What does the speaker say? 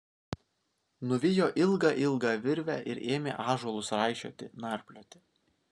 nuvijo ilgą ilgą virvę ir ėmė ąžuolus raišioti narplioti